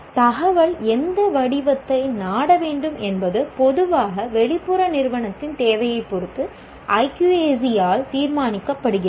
தகவல் எந்த வடிவத்தை நாட வேண்டும் என்பது பொதுவாக வெளிப்புற நிறுவனத்தின் தேவையைப் பொறுத்து IQAC ஆல் தீர்மானிக்கப்படுகிறது